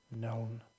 known